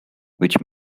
which